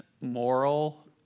moral